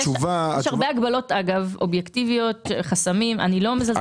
יש הרבה הגבלות אובייקטיביות וחסמים ואני לא מזלזלת בהן.